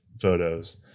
photos